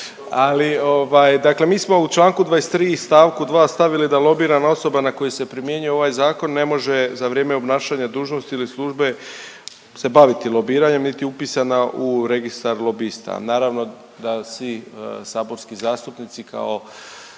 ovaj, dakle mi smo u čl. 23 st. 2 stavili da lobirana osoba na koju se primjenjuje ovaj Zakon ne može, za vrijeme obnašanja dužnosti ili službe se baviti lobiranjem niti upisana u registar lobista. Naravno da svi saborski zastupnici kao